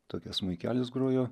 tokią smuikelis grojo